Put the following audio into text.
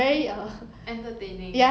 很有趣